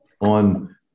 on